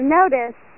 notice